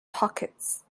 pockets